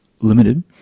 limited